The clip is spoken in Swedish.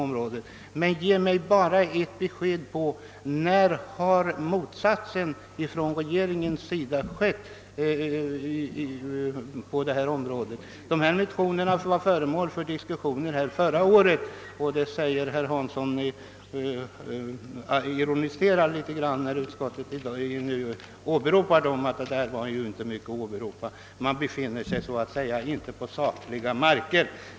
Men ge mig bara ett exempel på när en motsatt uppfattning hävdades av regeringen! Herr Hansson i Skegrie ironiserade över att utskottet åberopat sitt utlåtande över de motioner som var föremål för diskussion förra året. Han säger att det inte är mycket att åberopa och att vi inte står på saklig grund.